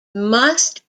must